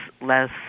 less